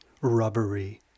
rubbery